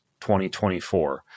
2024